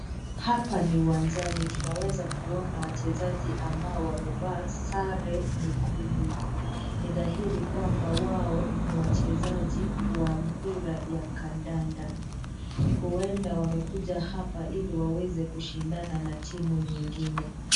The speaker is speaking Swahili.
Hapa ni uwanjani tunaweza kuona wachezaji ambao wamevaa sare nyekundu. Ni dhahiri kwamba wao ni wachezaji wa mpira ya kandanda. Huenda wamekuja hapa ili waweze kushindana na timu nyingine.